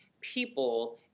people